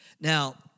Now